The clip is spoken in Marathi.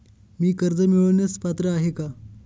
मी कर्ज मिळवण्यास पात्र आहे का?